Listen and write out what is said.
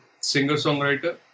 singer-songwriter